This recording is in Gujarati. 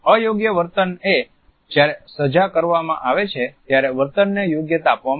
અયોગ્ય વર્તનએ જ્યારે સજા કરવામાં આવે છે ત્યારે વર્તનને યોગ્યતા આપવામાં આવે છે